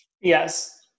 Yes